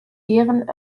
deren